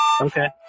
Okay